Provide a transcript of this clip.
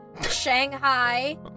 Shanghai